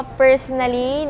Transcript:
personally